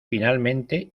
finalmente